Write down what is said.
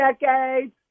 Decades